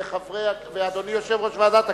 ואדוני יושב-ראש ועדת הכנסת,